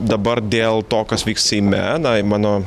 dabar dėl to kas vyks seime na mano